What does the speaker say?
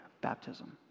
baptism